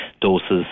doses